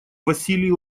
василий